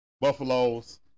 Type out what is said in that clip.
Buffaloes